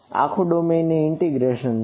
આખું ડોમેઈન છે